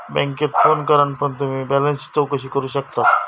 बॅन्केत फोन करान पण तुम्ही बॅलेंसची चौकशी करू शकतास